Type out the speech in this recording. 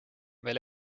meil